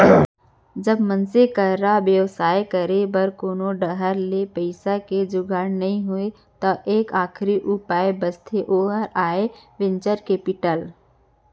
जब मनसे करा बेवसाय करे बर कोनो डाहर ले पइसा के जुगाड़ नइ होय त एक आखरी उपाय बचथे ओहा आय वेंचर कैपिटल